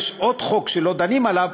יש עוד חוק שלא דנים עליו,